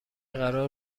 قرار